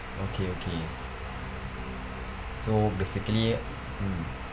okay okay so basically mm